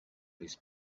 his